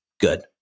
good